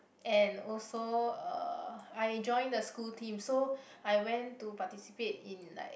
and also uh I join the school team so I went to participate in like